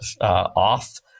off